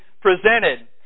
presented